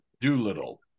Doolittle